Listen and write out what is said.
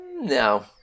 No